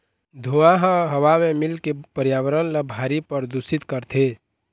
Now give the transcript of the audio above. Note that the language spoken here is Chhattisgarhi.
धुंआ ह हवा म मिलके परयाबरन ल भारी परदूसित करथे